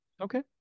Okay